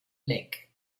leck